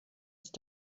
ist